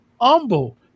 humble